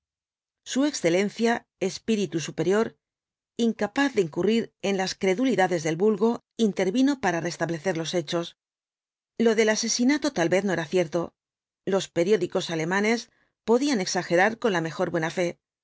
su excelencia espíritu superior incapaz de incurrir en las credulidades del vulgo intervino para restablecer los hechos lo del asesinato tal vez no era cierto los periódicos alemanes podían exagerar con la mejor buena fe